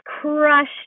crushed